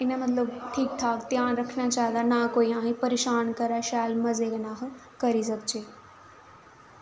इ'यां असें पूरा ध्यान रक्खना चाहिदा ना असेंगी कोई परेशान करै ते अस करी सकचै